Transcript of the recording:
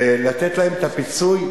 לתת להן את הפיצוי,